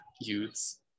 youths